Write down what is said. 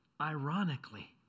Ironically